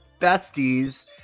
besties